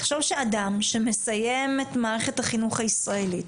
תחשוב שאדם שמסיים את מערכת החינוך הישראלית,